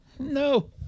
No